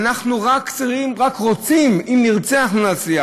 אנחנו רק צריכים, אם נרצה, אנחנו נצליח.